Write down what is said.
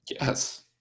Yes